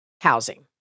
housing